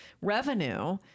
revenue